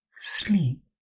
sleep